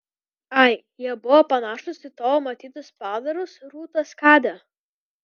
ai jie buvo panašūs į tavo matytus padarus rūta skade